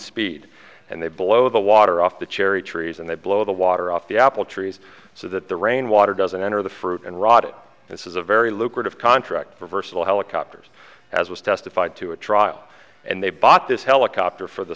speed and they blow the water off the cherry trees and they blow the water off the apple trees so that the rainwater doesn't enter the fruit and rot it this is a very lucrative contract for versatile helicopters as was testified to a trial and they bought this helicopter for the